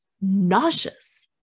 nauseous